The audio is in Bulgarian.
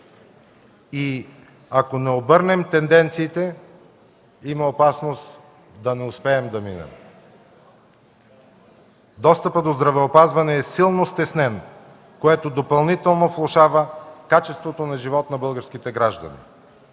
и, ако не обърнем тенденциите, има опасност да не успеем да минем. Достъпът до здравеопазване е силно стеснен, което допълнително влошава качеството на живот на българските граждани.